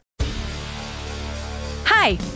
Hi